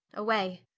away.